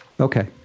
okay